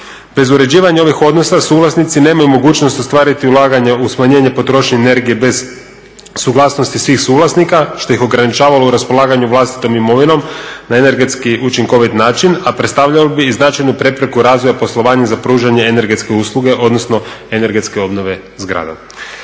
Bez uređivanja ovih odnosa suvlasnici nemaju mogućnost ostvariti ulaganje u smanjenje potrošnje energije bez suglasnosti svih suvlasnika što ih ograničava u raspolaganju vlastitom imovinom na energetski učinkovit način, a predstavljalo bi i značajno prepreku razvoja poslovanja za pružanje energetske usluge, odnosno energetske obnove zgrada.